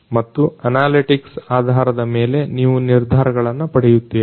ಮತ್ತು ಅನಾಲಿಟಿಕ್ಸ್ ಆಧಾರದ ಮೇಲೆ ನೀವು ನಿರ್ಧಾರಗಳನ್ನು ಪಡೆಯುತ್ತೀರಿ